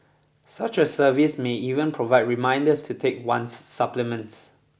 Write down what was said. such a service may even provide reminders to take one's supplements